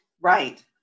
right